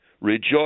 Rejoice